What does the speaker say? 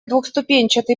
двухступенчатый